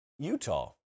Utah